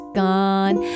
gone